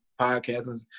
podcasts